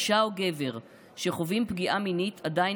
אישה או גבר שחווים פגיעה מינית עדיין